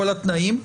כל התנאים,